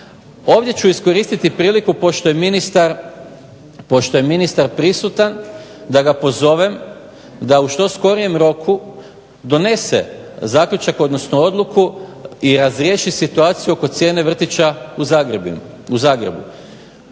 Ovdje ću iskoristiti priliku pošto je ministar prisutan da ga pozovem da u što skorijem roku donese zaključak odnosno odluku i razriješi situaciju oko cijene vrtića u Zagrebu